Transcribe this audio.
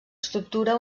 estructura